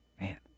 Man